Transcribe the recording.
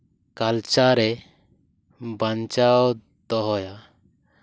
culture ᱮ ᱵᱟᱧᱪᱟᱣ ᱫᱚᱦᱚᱭᱟ